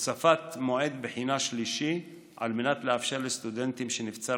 הוספת מועד בחינה שלישי כדי לאפשר לסטודנטים שנבצר